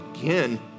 again